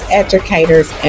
educators